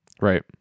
right